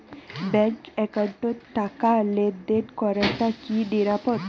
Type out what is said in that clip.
Bank একাউন্টত টাকা লেনদেন করাটা কি নিরাপদ?